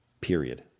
period